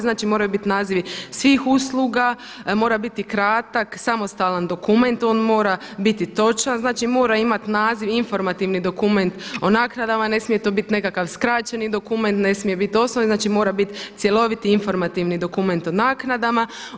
Znači moraju biti nazivi svih usluga, mora biti kratak, samostalan dokument, on mora biti točan, znači mora imati naziv informativni dokument o naknadama, ne smije to biti nekakav skraćeni dokument, ne smije biti osnovni, znači mora biti cjeloviti informativni dokument o naknadama.